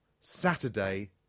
Saturday